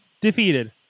defeated